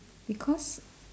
because